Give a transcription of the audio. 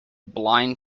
blind